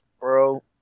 bro